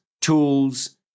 tools